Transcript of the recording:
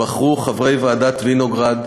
בחרו חברי ועדת וינוגרד